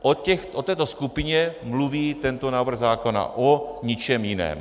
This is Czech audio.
O této skupině mluví tento návrh zákona, o ničem jiném.